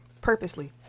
Purposely